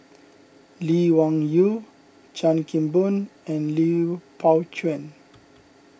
Lee Wung Yew Chan Kim Boon and Lui Pao Chuen